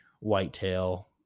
whitetail